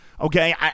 Okay